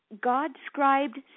God-scribed